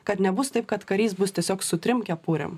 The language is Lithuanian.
kad nebus taip kad karys bus tiesiog su trim kepurėm